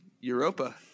Europa